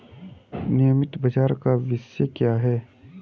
नियमित बाजार का भविष्य क्या है?